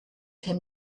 him